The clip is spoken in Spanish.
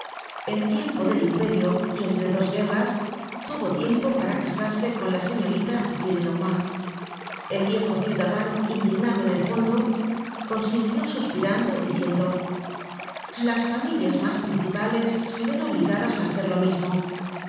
en tiempo del imperio y entre dos guerras tuvo tiempo para casarse con la señorita gillenormand el viejo ciudadano indignado en el fondo consintió suspirando y diciendo las familias mas principales se ven obligadas á hacer lo mismo en